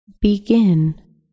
Begin